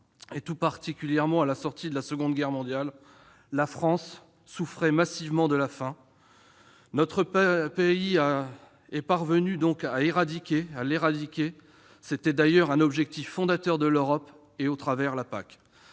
tout particulièrement au sortir de la Seconde Guerre mondiale, la France souffrait massivement de la faim. Notre pays est parvenu à l'éradiquer ; c'était d'ailleurs un objectif fondateur de l'Union européenne, qui